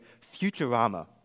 Futurama